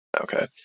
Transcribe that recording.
Okay